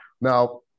Now